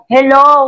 Hello